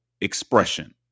expression